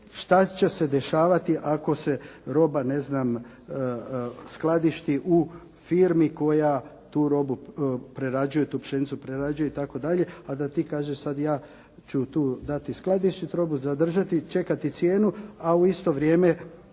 šta će se dešavati ako se roba, ne znam skladišti u firmi koja tu robu prerađuje, tu pšenicu prerađuje itd., a da ti kažeš sada ja ću tu dati skladištiti robu, zadržati, čekati cijenu a u isto vrijeme